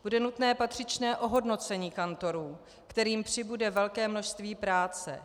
Bude nutné patřičné ohodnocení kantorů, kterým přibude velké množství práce.